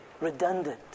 redundant